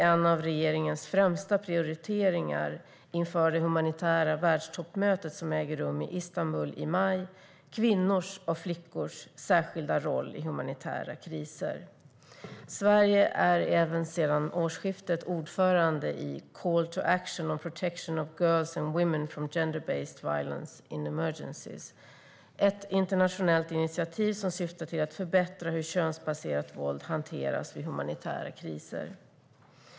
En av regeringens främsta prioriteringar inför det humanitära världstoppmöte som äger rum i Istanbul i maj är därför kvinnors och flickors särskilda roll i humanitära kriser. Sverige är även sedan årsskiftet ordförande i Call to Action on Protection of Girls and Women from Gender-based Violence in Emergencies. Det är ett internationellt initiativ som syftar till att förbättra hur könsbaserat våld hanteras vid humanitära kriser.